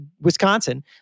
Wisconsin